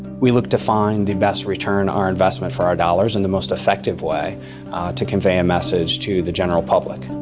we look to find the best return our investment for our dollars and the most effective way to convey a message to the general public.